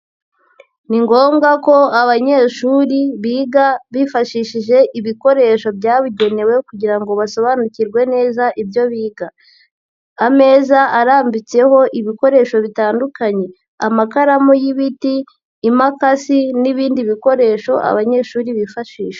Ni ngombwa ko abanyeshuri biga bifashishije ibikoresho byabugenewe kugira ngo basobanukirwe neza ibyo biga, ameza arambitseho ibikoresho bitandukanye, amakaramu y'ibiti, imakasi n'ibindi bikoresho abanyeshuri bifashisha.